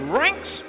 ranks